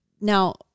now